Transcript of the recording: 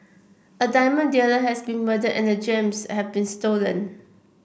a diamond dealer has been murdered and the gems have been stolen